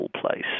place